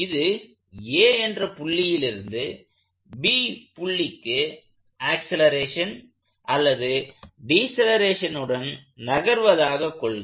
இது a என்ற புள்ளியில் இருந்து b புள்ளிக்கு ஆக்சலேரேஷன் அல்லது டீசலரேஷனுடன் நகர்வதாக கொள்க